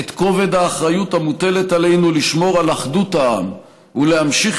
את כובד האחריות המוטלת עלינו לשמור על אחדות העם ולהמשיך